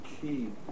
key